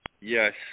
Yes